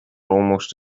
almost